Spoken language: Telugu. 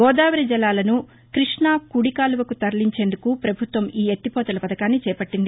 గోదావరి జలాలను కృష్ణా కుడి కాలువకు తరలించేందుకు పభుత్వం ఈ ఎత్తిపోతల పథకాన్ని చేపట్టింది